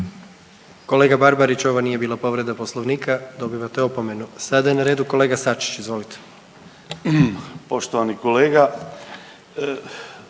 Kolega Barbarić ovo nije bila povreda Poslovnika dobivate opomenu. Sada je na redu kolega Sačić, izvolite. **Sačić,